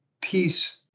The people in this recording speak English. peace